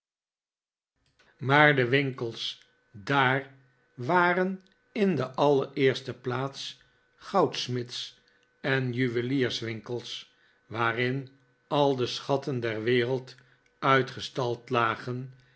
maar de winkels daar waren in de allereerste plaats goudsmids en juwelierswinkels waarin al de schatten der wereld uitgestald lagen